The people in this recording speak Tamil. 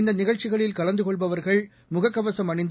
இந்த நிகழ்ச்சிகளில் கலந்து கொள்பவர்கள் முகக்கவசம் அணிந்து